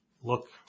look